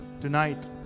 tonight